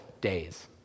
days